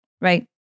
right